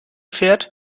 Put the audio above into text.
fährt